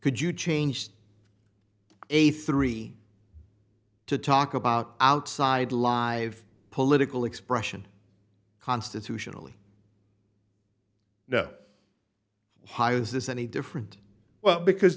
could you changed a three to talk about outside live political expression constitutionally no hi is this any different well because